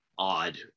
odd